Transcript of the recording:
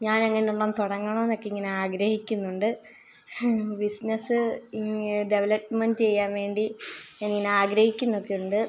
ഞാൻ അങ്ങനെ ഒരെണ്ണം തുടങ്ങണം എന്നൊക്കെ ഇങ്ങനെ ആഗ്രഹിക്കുന്നുണ്ട് ബിസിനസ്സ് ഇങ്ങ് ഡെവലപ്പ്മെന്റ് ചെയ്യാൻ വേണ്ടി ഞാൻ ഇങ്ങനെ ആഗ്രഹിക്കുന്നൊക്കെ ഉണ്ട്